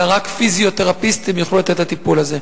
אלא רק פיזיותרפיסטים יוכלו לתת את הטיפול הזה.